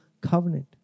covenant